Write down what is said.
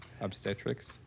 obstetrics